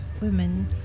women